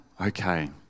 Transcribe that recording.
okay